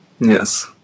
Yes